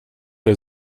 der